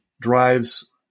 drives